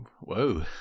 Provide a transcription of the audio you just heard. whoa